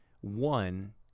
One –